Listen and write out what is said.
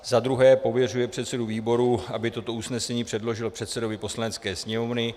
II. pověřuje předsedu výboru, aby toto usnesení předložil předsedovi Poslanecké sněmovny;